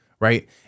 Right